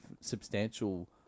substantial